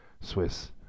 Swiss